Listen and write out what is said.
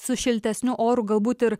su šiltesniu oru galbūt ir